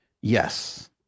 Yes